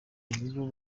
nibo